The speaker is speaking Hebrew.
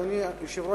אדוני היושב-ראש,